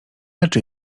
leczy